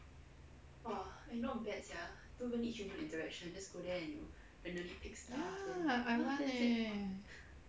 ya I want leh